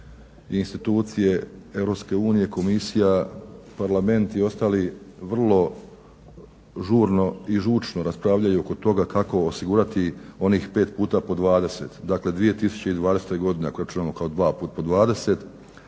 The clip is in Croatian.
institucije EU, komisija, parlament i svi ostali vrlo žurno i žučno raspravljaju oko toga kako osigurati onih 5 puta po 20, dakle 2020. godine ako je rečeno dva puta po